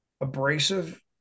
abrasive